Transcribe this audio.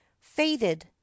faded